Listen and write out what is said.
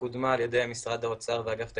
שקודמה על ידי משרד האוצר באגף התקציבים,